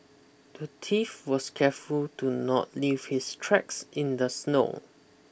the thief was careful to not leave his tracks in the snow